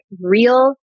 real